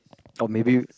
or maybe